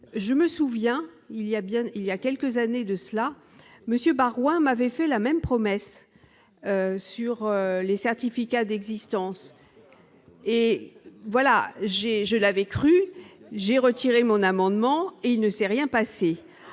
il y a bien, il y a quelques années de cela Monsieur Baroin m'avait fait la même promesse sur les certificats d'existence et voilà, j'ai, je l'avais cru, j'ai retiré mon amendement et il ne s'est rien passé,